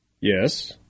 Yes